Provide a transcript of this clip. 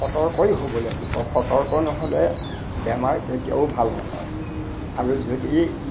সতৰ্কই হ'ব লাগিব সতৰ্ক নহ'লে বেমাৰ কেতিয়াও ভাল নহয় আৰু যদি